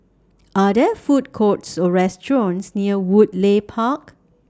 Are There Food Courts Or restaurants near Woodleigh Park